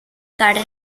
carter